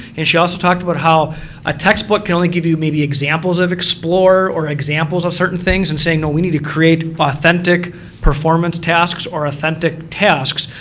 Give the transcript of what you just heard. and she also talked about how a textbook can only give you maybe examples of explore, or examples of certain things and say no, we need to create authentic performance tasks or authentic tasks,